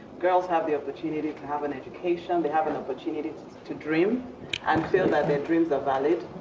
girls have the opportunity to have an education, they have an opportunity to to dream and feel that their dreams are valid,